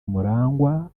murangwa